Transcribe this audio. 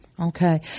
Okay